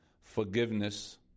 forgiveness